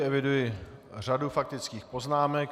Eviduji řadu faktických poznámek.